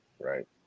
right